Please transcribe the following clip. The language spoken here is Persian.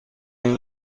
این